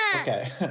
Okay